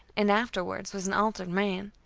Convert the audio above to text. and afterwards was an altered man.